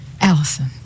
Allison